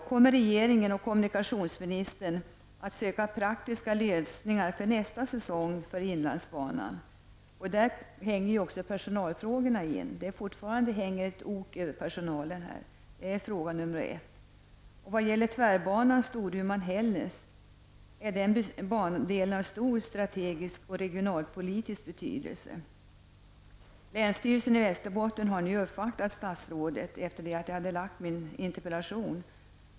Kommer regeringen och kommunikationsministern att söka praktiska lösningar för nästa säsong för inlandsbanan? Även personalfrågan spelar in där. Personalen har fortfarande ett ok hängande över sig. Tvärbanan Storuman--Hällnäs är av stor strategisk och regionalpolitisk betydelse. Länsstyrelsen i Västerbotten har nu uppvaktat statsrådet, efter det att jag har framställt min interpellation.